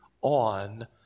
on